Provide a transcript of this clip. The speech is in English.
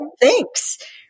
Thanks